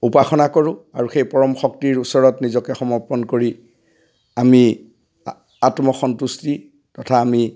উপাসনা কৰোঁ আৰু সেই পৰম শক্তিৰ ওচৰত নিজকে সমৰ্পণ কৰি আমি আত্মসন্তুষ্টি তথা আমি